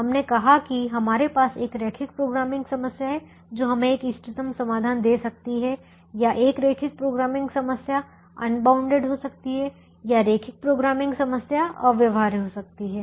हमने कहा कि हमारे पास एक रेखिक प्रोग्रामिंग समस्या है जो हमें एक इष्टतम समाधान दे सकती है या एक रेखिक प्रोग्रामिंग समस्या अनबाउंडेड हो सकती है या रेखिक प्रोग्रामिंग समस्या अव्यवहार्य हो सकती है